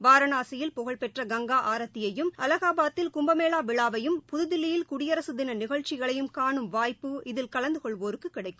வாராணாசியில் புகழ்பெற்ற கங்கா ஆரத்தியையும் அலகாபாத்தில் கும்பமேளா விழாவையும் புதுதில்லியில் குடியரசு தின நிகழ்ச்சிகைளையும் கானும் வாய்ப்பு இதில் கலந்து கொள்வோருக்கு கிடைக்கும்